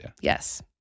Yes